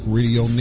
Radio